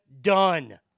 done